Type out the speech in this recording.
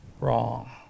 Wrong